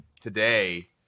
today